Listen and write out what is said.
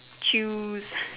choose